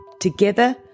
Together